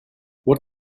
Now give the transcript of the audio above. what